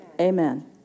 amen